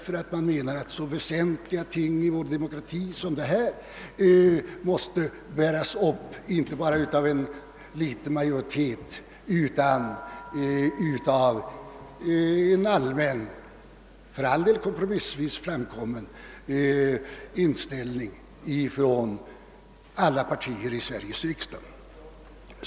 Jo, de menade att när det gäller så väsentliga frågor i vår demokrati som dessa, måste de bäras upp av inte bara en smal majoritet utan av en allmän — för all del kompromissvis framkommen — uppfattning inom alla partier i Sveriges riksdag.